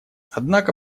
однако